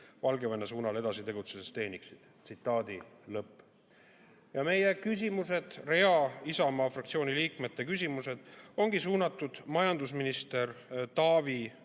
Valgevene suunal edasi tegutsedes igal aastal teeniksid. Ja meie küsimused, rea Isamaa fraktsiooni liikmete küsimused ongi suunatud majandusminister Taavi